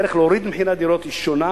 הדרך להוריד את מחירי הדירות היא שונה,